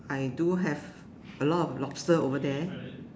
I do have a lot of lobster over there